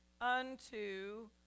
unto